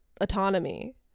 autonomy